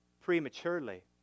prematurely